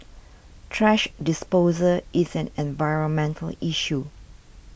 thrash disposal is an environmental issue